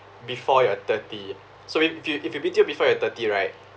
before you're thirty so if if you if you B_T_O before you're thirty right